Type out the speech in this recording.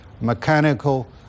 mechanical